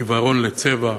עיוורון לצבע,